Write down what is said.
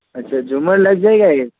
अच्छा झूमर लग जाएगा ये